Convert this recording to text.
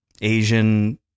Asian